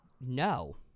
no